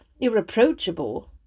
irreproachable